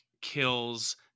kills